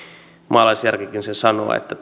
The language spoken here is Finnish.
maalaisjärkikin sen sanoo että